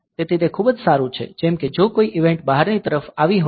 તેથી તે ખૂબ જ સારું છે જેમ કે જો કોઈ ઇવેંટ બહારની તરફ આવી હોય